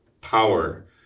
power